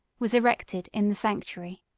was erected in the sanctuary.